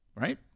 Right